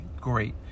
great